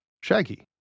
Shaggy